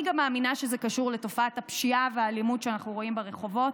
אני גם מאמינה שזה קשור לתופעת הפשיעה והאלימות שאנחנו רואים ברחובות,